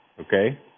Okay